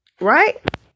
right